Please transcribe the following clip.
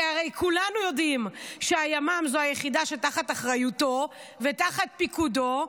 כי הרי כולנו יודעים שהימ"מ זו יחידה תחת אחריותו ותחת פיקודו.